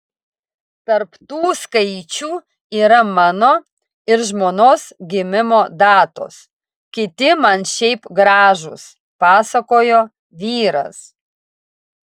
tarp tų skaičių yra mano ir žmonos gimimo datos kiti man šiaip gražūs pasakojo vyras